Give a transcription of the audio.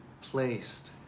placed